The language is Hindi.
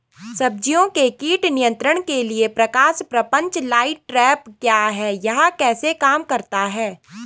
सब्जियों के कीट नियंत्रण के लिए प्रकाश प्रपंच लाइट ट्रैप क्या है यह कैसे काम करता है?